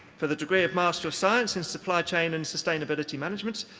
for the degree of master of science in supply chain and sustainability management,